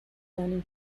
learning